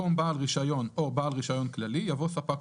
מחריג סעיפים מסוימים שבהם אנחנו לא רוצים לבצע את ההחלפה.